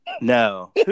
No